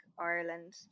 Ireland